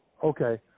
Okay